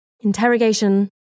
Interrogation